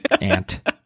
aunt